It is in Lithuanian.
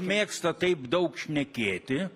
mėgsta taip daug šnekėti